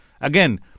Again